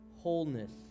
wholeness